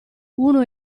uno